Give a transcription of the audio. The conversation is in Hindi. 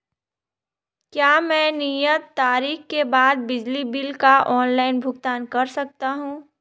क्या मैं नियत तारीख के बाद बिजली बिल का ऑनलाइन भुगतान कर सकता हूं?